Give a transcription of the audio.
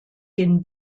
den